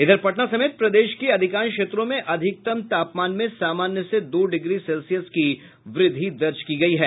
इधर पटना समेत प्रदेश के अधिकांश क्षेत्रों में अधिकतम तापमान में सामान्य से दो डिग्री सेल्सियस की व्रद्धि दर्ज की गयी है